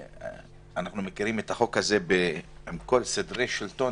אנחנו מכירים את החוק הזה של סדרי השלטון,